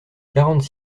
quarante